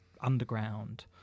underground